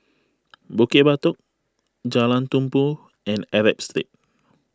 Bukit Batok Jalan Tumpu and Arab Street